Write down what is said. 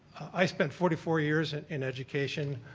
i spent forty four years in education.